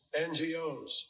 NGOs